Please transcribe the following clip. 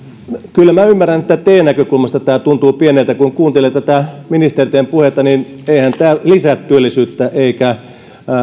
kyllä minä ymmärrän että teidän näkökulmastanne tämä tuntuu pieneltä kun kuuntelee ministereitten puheita niin eihän tämä lisää työllisyyttä